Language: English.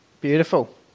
Beautiful